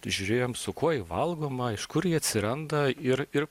žiūrėjome su kuo ji valgoma iš kur ji atsiranda ir ir